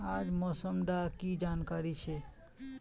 आज मौसम डा की जानकारी छै?